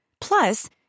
Plus